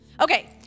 Okay